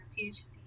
PhD